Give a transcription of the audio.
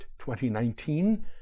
2019